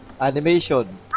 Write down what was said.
animation